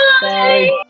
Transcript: bye